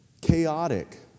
chaotic